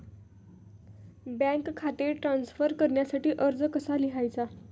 Bank खाते transfer करण्यासाठी अर्ज कसा लिहायचा?